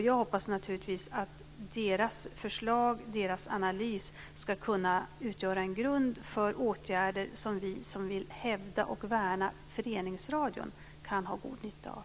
Jag hoppas naturligtvis att verkets förslag och analys ska kunna utgöra en grund för åtgärder som vi som vill hävda och värna föreningsradion kan ha god nytta av.